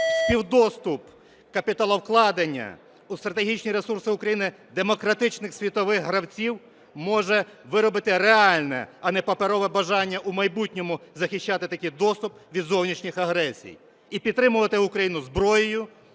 Співдоступ капіталовкладення у стратегічні ресурси України демократичних світових гравців може виробити реальне, а не паперове бажання у майбутньому захищати такий доступ від зовнішніх агресій, і підтримувати Україну зброєю,